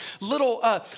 little